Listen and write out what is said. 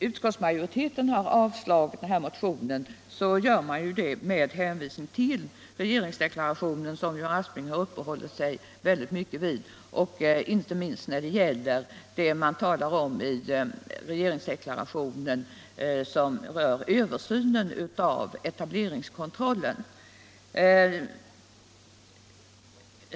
Utskottet avstyrker motionen med hä'nvisning till regeringsdeklarationen, som herr Aspling har uppehållit sig väldigt mycket vid, inte minst när det gäller avsnittet som rör översynen av etableringskontrollen.